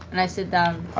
and i sit down,